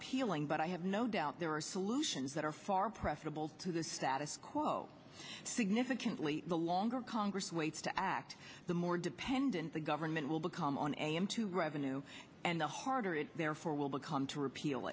appealing but i have no doubt there are solutions that are far preferable to the status quo significantly the longer congress waits to act the more dependent the government will become on am to revenue and the harder it therefore will become to repeal